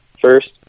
First